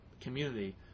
community